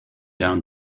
down